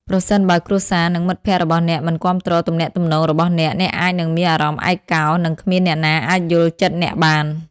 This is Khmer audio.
ប្រសិនបើគ្រួសារ និងមិត្តភក្តិរបស់អ្នកមិនគាំទ្រទំនាក់ទំនងរបស់អ្នក អ្នកអាចនឹងមានអារម្មណ៍ឯកោ និងគ្មានអ្នកណាអាចយល់ចិត្តអ្នកបាន។